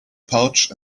pouch